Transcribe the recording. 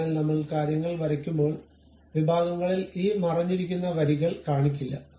അതിനാൽ നമ്മൾ കാര്യങ്ങൾ വരയ്ക്കുമ്പോൾ വിഭാഗങ്ങളിൽ ഈ മറഞ്ഞിരിക്കുന്ന വരികൾ കാണിക്കില്ല